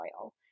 oil